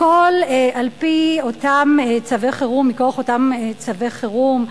הכול על-פי אותם צווי חירום,